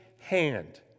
hand